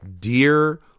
dear